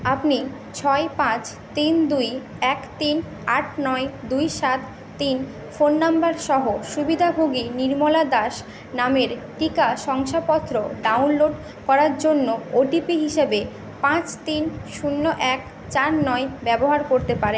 আপনি ছয় পাঁচ তিন দুই এক তিন আট নয় দুই সাত তিন ফোন নাম্বার সহ সুবিধাভোগী নির্মলা দাস নামের টিকা শংসাপত্র ডাউনলোড করার জন্য ওটিপি হিসাবে পাঁচ তিন শূন্য এক চার নয় ব্যবহার করতে পারেন